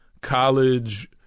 college